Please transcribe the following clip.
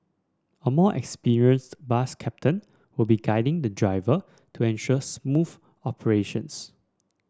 a more experienced bus captain will be guiding the driver to ensure smooth operations